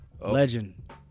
Legend